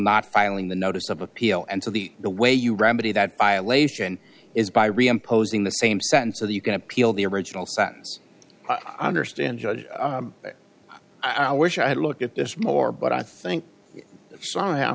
not filing the notice of appeal and so the the way you remedy that violation is by re imposing the same sense of the you can appeal the original sentence i understand judge i wish i had looked at this more but i think somehow